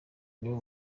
nibo